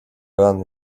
run